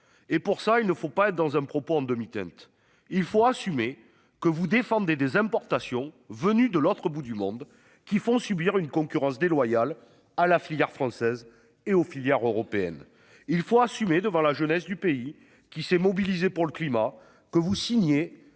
et pour ça il ne faut pas, dans un propos en demi-teinte. Il faut assumer que vous défendez des importations venues de l'autre bout du monde qui font subir une concurrence déloyale à la filière française et aux filières européenne il faut assumer devant la jeunesse du pays qui s'est mobilisé pour le climat que vous signez